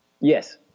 yes